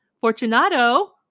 Fortunato